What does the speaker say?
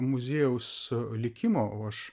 muziejaus likimo o aš